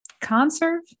conserve